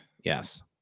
Yes